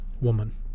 woman